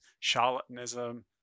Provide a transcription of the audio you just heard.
charlatanism